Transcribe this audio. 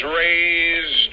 raised